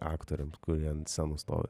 aktoriam kurie ant scenos stovi